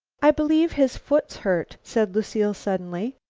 i believe his foot's hurt, said lucile suddenly.